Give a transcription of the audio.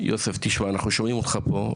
יוסף תשמע, אנחנו שומעים אותך פה.